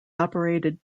operated